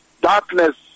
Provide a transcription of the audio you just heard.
darkness